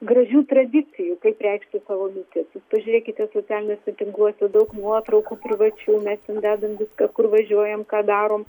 gražių tradicijų kaip reikšti savo mintis jūs pažiurėkite socialiniuose tinkluose daug nuotraukų privačių mes ten dedam viską kur važiuojam ką darom